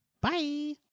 Bye